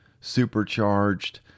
supercharged